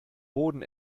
boden